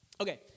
Okay